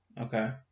Okay